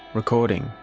recording,